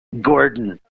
Gordon